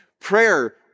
Prayer